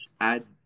add